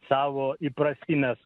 savo įprastines